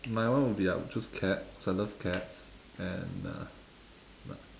my one would be I would choose cat cause I love cats and uh